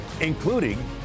including